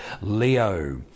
Leo